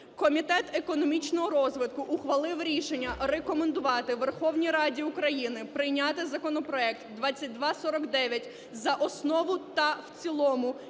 Комітет економічного розвитку ухвалив рішення рекомендувати Верховній Раді України прийняти законопроект 2249 за основу та в цілому